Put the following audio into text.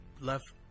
left